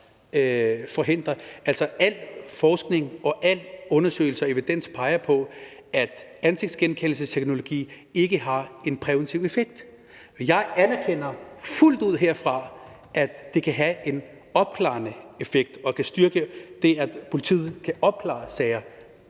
al forskning, alle undersøgelser og al evidens peger på, at ansigtsgenkendelsesteknologi ikke har en præventiv effekt. Jeg anerkender fuldt ud herfra, at det kan have en opklarende effekt og kan styrke det, at politiet kan opklare sager.